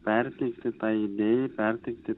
perteikti tai idėjai perteikti